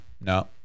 no